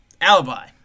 alibi